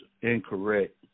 incorrect